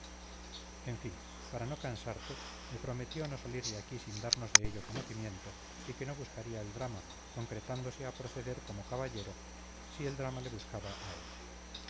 en fin para no cansarte me prometió no salir de aquí sin darnos de ello conocimiento y que no buscaría el drama concretándose a proceder como caballero si el drama le buscaba a él